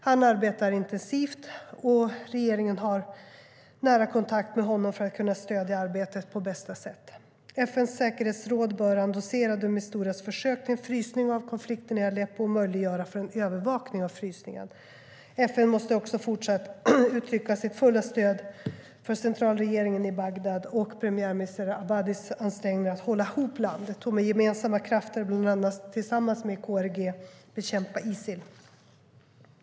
Han arbetar intensivt, och regeringen har nära kontakt med honom för att kunna stödja arbetet på bästa sätt. FN:s säkerhetsråd bör endossera de Misturas försök till en frysning av konflikten i Aleppo och möjliggöra för en övervakning av frysningen. FN måste också fortsatt uttrycka sitt fulla stöd för centralregeringen i Bagdad och premiärminister Abadis ansträngningar att hålla ihop landet och med gemensamma krafter, bland annat tillsammans med KRG, bekämpa Isil.